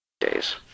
Days